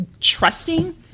trusting